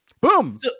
boom